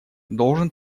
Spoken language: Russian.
должен